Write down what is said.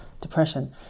depression